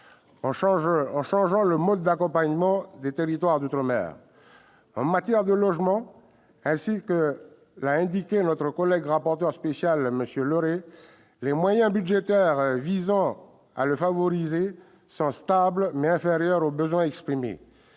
en changeant le mode d'accompagnement des territoires d'outre-mer. En matière de logement, ainsi que l'a indiqué notre collègue Nuihau Laurey, rapporteur spécial, les moyens budgétaires visant à le favoriser sont stables, mais inférieurs aux besoins.